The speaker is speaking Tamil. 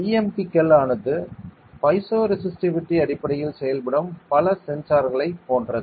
BMP கள் ஆனது பைசோ ரெசிஸ்டிவிட்டி அடிப்படையில் செயல்படும் பல சென்சார்களைப் போன்றது